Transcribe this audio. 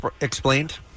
explained